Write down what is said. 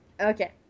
Okay